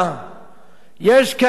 יש כאלה פוליטיקאים